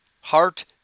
Heart